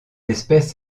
espèce